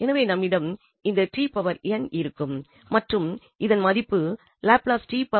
எனவே நம்மிடம் இந்த இருக்கும் மற்றும் இதன் மதிப்பு லாப்லஸ் இல் ஆகும்